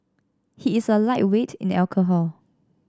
he is a lightweight in alcohol